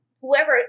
whoever